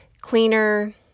cleaner